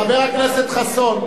חבר הכנסת חסון,